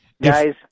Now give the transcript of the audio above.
Guys